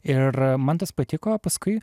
ir man tas patiko paskui